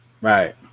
Right